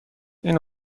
این